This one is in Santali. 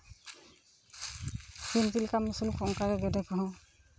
ᱥᱤᱢ ᱪᱮᱫ ᱞᱮᱠᱟᱢ ᱟᱹᱥᱩᱞ ᱠᱚᱣᱟ ᱚᱱᱠᱟ ᱜᱮ ᱜᱮᱰᱮ ᱠᱚᱦᱚᱸ